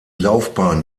laufbahn